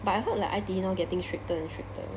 but I heard like I_T_E now getting stricter and stricter